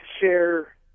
share